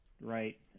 right